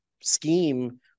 scheme